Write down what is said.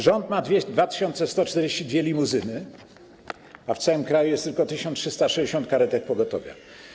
Rząd ma 2142 limuzyny, a w całym kraju jest tylko 1360 karetek pogotowia.